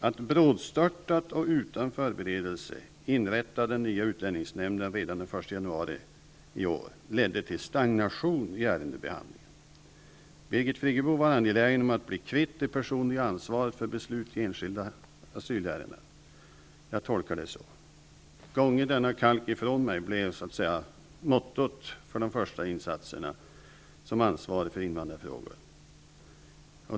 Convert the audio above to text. Att brådstörtat och utan förberedelse inrätta den nya utlänningsnämnden redan den 1 januari i år ledde till stagnation i ärendebehandlingen. Birgit Friggebo var angelägen om att bli kvitt det personliga ansvaret för beslut i enskilda asylärenden. Jag tolkar det så. Gånge denna kalk ifrån mig blev mottot för de första insatserna som ansvarig för invandrarfrågor.